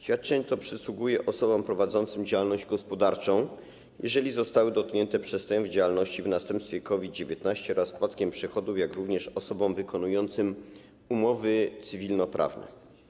Świadczenie to przysługuje osobom prowadzącym działalność gospodarczą, jeżeli zostały dotknięte przestojem w działalności w następstwie COVID-19, oraz spadkiem przychodów, jak również osobom wykonującym umowy cywilnoprawne.